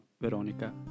Veronica